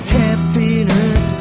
happiness